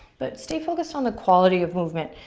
but stay focused um the quality of movement,